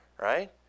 right